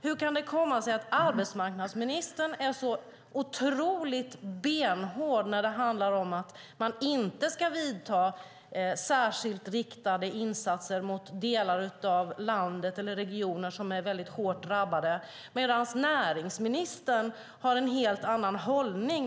Hur kan det komma sig att arbetsmarknadsministern är så otroligt benhård när det handlar om att man inte ska vidta särskilt riktade insatser mot delar av landet eller regioner som är mycket hårt drabbade, medan näringsministern har en helt annan hållning?